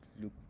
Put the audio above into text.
look